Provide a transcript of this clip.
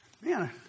Man